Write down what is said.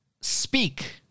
speak